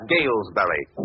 Galesbury